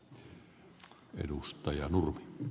arvoisa puhemies